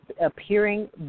appearing